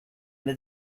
with